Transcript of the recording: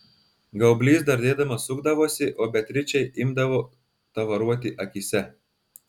gaublys dardėdamas sukdavosi o beatričei imdavo tavaruoti akyse